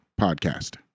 podcast